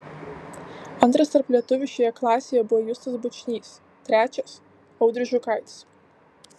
antras tarp lietuvių šioje klasėje buvo justas bučnys trečias audrius žukaitis